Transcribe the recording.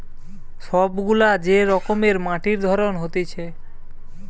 সব গুলা যে রকমের মাটির ধরন হতিছে